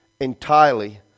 entirely